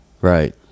Right